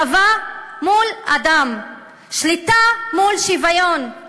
צבא מול אדם, שליטה מול שוויון,